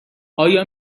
آیا